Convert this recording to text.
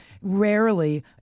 rarely